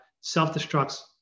self-destructs